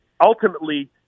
ultimately